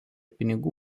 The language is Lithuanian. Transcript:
pinigų